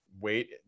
wait